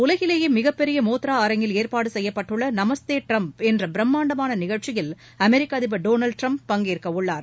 உலகிலேயே மிகப்பெரிய மோத்திரா அரங்கில் ஏற்பாடு செய்யப்பட்டுள்ள நமஸ்தே டிரம்ப் என்ற பிரமாண்டமான நிகழ்ச்சியில் அமெரிக்க அதிபர் டொனால்டு டிரம்ப் பங்கேற்க உள்ளார்